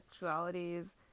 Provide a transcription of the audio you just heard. sexualities